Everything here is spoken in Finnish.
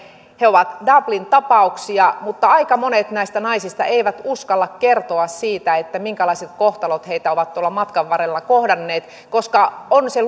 he ovat dublin ta pauksia mutta aika monet näistä naisista eivät uskalla kertoa siitä minkälaiset kohtalot heitä ovat tuolla matkan varrella kohdanneet koska on se